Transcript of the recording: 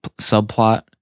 subplot